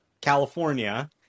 california